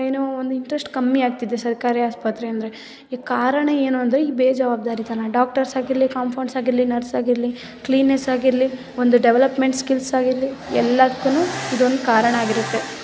ಏನೋ ಒಂದು ಇಂಟ್ರೆಸ್ಟ್ ಕಮ್ಮಿಯಾಗ್ತಿದೆ ಸರ್ಕಾರಿ ಆಸ್ಪತ್ರೆ ಅಂದರೆ ಈಗ ಕಾರಣ ಏನು ಅಂದರೆ ಈ ಬೇಜವಾಬ್ದಾರಿತನ ಡಾಕ್ಟರ್ಸ್ ಆಗಿರಲಿ ಕಾಂಪೌಂಡ್ಸ್ ಆಗಿರಲಿ ನರ್ಸ್ ಆಗಿರಲಿ ಕ್ಲೀನರ್ಸ್ ಆಗಿರಲಿ ಒಂದು ಡೆವಲಪ್ಮೆಂಟ್ ಸ್ಕಿಲ್ಸ್ ಆಗಿರಲಿ ಎಲ್ಲದ್ಕು ಇದೊಂದು ಕಾರಣಾಗಿರುತ್ತೆ